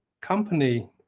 company